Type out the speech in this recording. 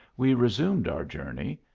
we resumed our journey,